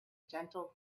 gentle